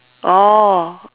oh